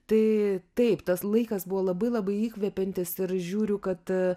tai taip tas laikas buvo labai labai įkvepiantis ir žiūriu kad